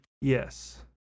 Yes